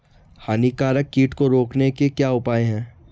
हानिकारक कीट को रोकने के क्या उपाय हैं?